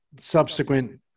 subsequent